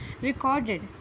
recorded